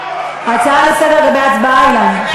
הצעה לסדר לגבי ההצבעה, אילן?